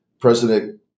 President